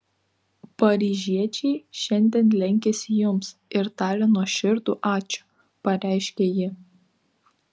paryžiečiai šiandien lenkiasi jums ir taria nuoširdų ačiū pareiškė ji